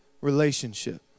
Relationship